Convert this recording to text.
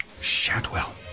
Shadwell